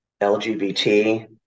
LGBT